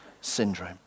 syndrome